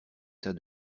tas